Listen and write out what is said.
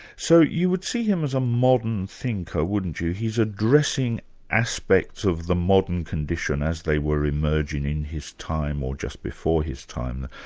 so you would see him as a modern thinker, wouldn't you? he's addressing aspects of the modern condition as they were emerging in his time or just before his time,